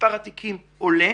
מספר התיקים עולה,